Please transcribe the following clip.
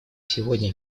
сегодня